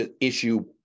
issue